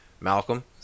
Malcolm